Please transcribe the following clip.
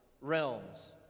realms